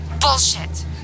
Bullshit